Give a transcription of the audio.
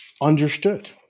understood